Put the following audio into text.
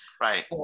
right